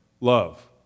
love